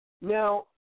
Now